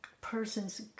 person's